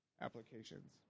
applications